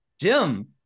jim